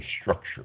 structure